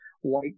white